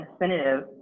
incentive